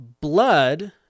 Blood